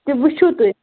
تہِ وُچھِو تُہۍ